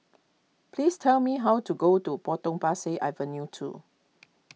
please tell me how to go to Potong Pasir Avenue two